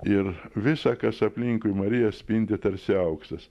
ir visa kas aplinkui mariją spindi tarsi auksas